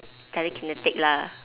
telekinetic lah